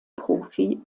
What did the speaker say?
profi